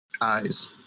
Eyes